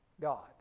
God